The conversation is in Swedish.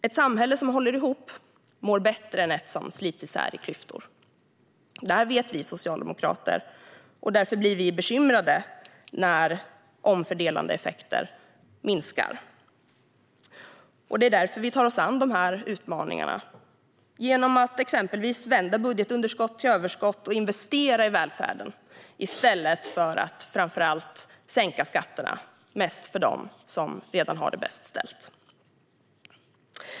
Ett samhälle som håller ihop mår bättre än ett som slits isär i klyftor. Det här vet vi socialdemokrater, och därför blir vi bekymrade när omfördelande effekter minskar. Det är därför vi tar oss an de här utmaningarna genom att exempelvis vända budgetunderskott till överskott och investera i välfärden i stället för att framför allt sänka skatterna mest för dem som redan har det bäst ställt.